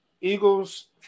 Eagles